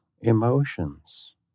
emotions